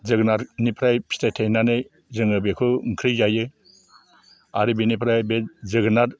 जोगोनारनिफ्राय फिथाइ थायनानै जोङो बेखौ ओंख्रि जायो आरो बेनिफ्राय बे जोगोनार